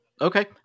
okay